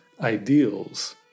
ideals